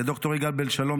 לד"ר יגאל בן שלום,